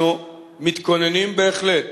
אנחנו מתכוננים בהחלט,